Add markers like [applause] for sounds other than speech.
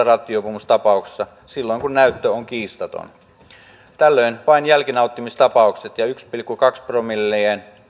[unintelligible] rattijuopumustapauksessa silloin kun näyttö on kiistaton tällöin vain jälkinauttimistapaukset ja yksi pilkku kaksi promillea